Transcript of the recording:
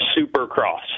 Supercross